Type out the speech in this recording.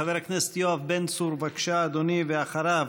חבר הכנסת יואב בן צור, בבקשה, אדוני, ואחריו,